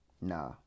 Nah